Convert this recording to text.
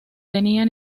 tenía